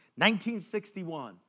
1961